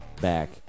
back